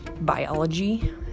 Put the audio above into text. biology